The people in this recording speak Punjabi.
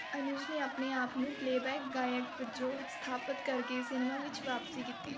ਅਨੁਜ ਨੇ ਆਪਣੇ ਆਪ ਨੂੰ ਪਲੇਅਬੈਕ ਗਾਇਕ ਵਜੋਂ ਸਥਾਪਤ ਕਰ ਕੇ ਸਿਨੇਮਾ ਵਿੱਚ ਵਾਪਸੀ ਕੀਤੀ